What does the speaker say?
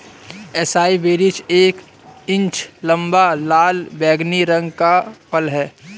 acai berries एक inch लंबा, लाल बैंगनी रंग का फल है